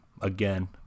again